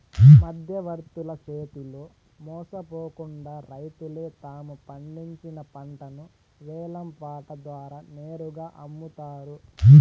మధ్యవర్తుల చేతిలో మోసపోకుండా రైతులే తాము పండించిన పంటను వేలం పాట ద్వారా నేరుగా అమ్ముతారు